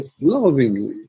lovingly